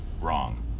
wrong